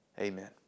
Amen